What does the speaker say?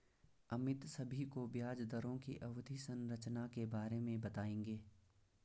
अमित सभी को ब्याज दरों की अवधि संरचना के बारे में बताएंगे